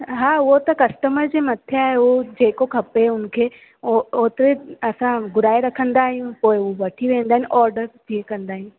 हा उहो त कस्टमर जे मथे आहे उहो जेको खपे हुनखे उहो ओतिरे असां घुराए रखंदा आहियूं पोएं हू वठी वेंदा आहिनि ऑडर पे कंदा आहिनि